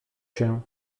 się